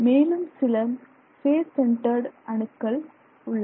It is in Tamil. மேலும் சில பேஸ் சென்டர்டு அணுக்கள் உள்ளன